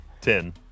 Ten